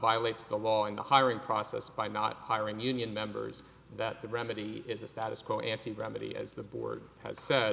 violates the law in the hiring process by not hiring union members that the remedy is a status quo ante remedy as the board ha